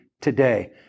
today